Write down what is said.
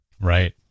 right